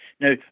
Now